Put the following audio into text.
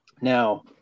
Now